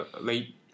Late